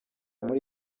muri